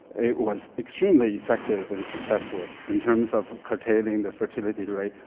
it was extremely effective and successful, in terms of curtailing the fertility rate,